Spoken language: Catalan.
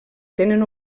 tenen